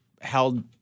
held